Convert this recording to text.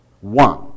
One